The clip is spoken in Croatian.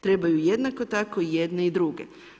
Trebaju jednako tako jedne i druge.